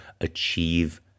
achieve